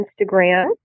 Instagram